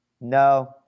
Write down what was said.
No